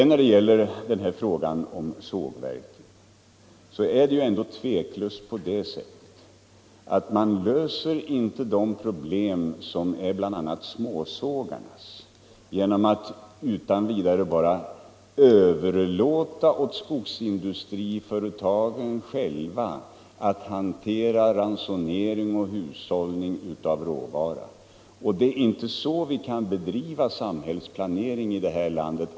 .När det sedan gäller sågverken: Det är utan tvekan på det sättet att man inte löser de problem som är bl.a. småsågarnas genom att överlåta åt skogsindustriföretagen själva att hantera ransoneringar och hushållning av råvara. Det är inte så vi kan bedriva samhällsplanering ij det här landet.